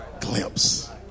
glimpse